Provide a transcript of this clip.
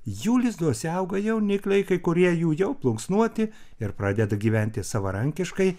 jų lizduose auga jaunikliai kai kurie jų jau plunksnuoti ir pradeda gyventi savarankiškai